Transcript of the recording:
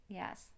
yes